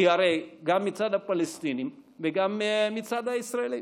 כי הרי "גם מצד הפלסטינים וגם מצד הישראלים".